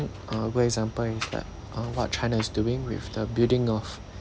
uh good example is that uh what china is doing with the building of